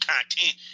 content